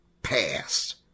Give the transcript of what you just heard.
past